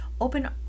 open